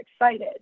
excited